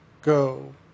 go